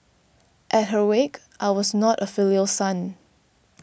at her wake I was not a filial son